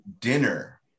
dinner